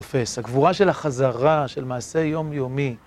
תופס. הגבורה של החזרה, של מעשה יומיומי...